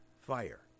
fire